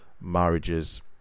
marriages